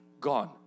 gone